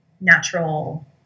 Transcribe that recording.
natural